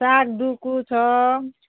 साग डुकु छ